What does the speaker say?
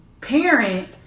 parent